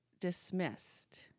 dismissed